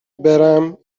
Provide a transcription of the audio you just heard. برم